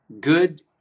good